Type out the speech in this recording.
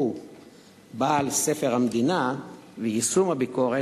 הוא "בעל ספר המדינה" ויישום הביקורת,